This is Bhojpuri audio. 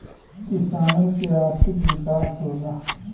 किसानन के आर्थिक विकास होला